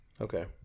Okay